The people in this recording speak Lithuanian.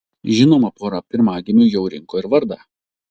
žinoma pora pirmagimiui jau rinko ir vardą